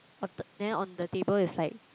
on the then on the table it's like